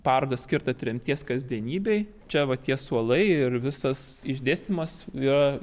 parodą skirtą tremties kasdienybei čia va tie suolai ir visas išdėstymas yra